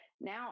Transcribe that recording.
now